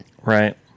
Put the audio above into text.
right